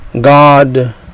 God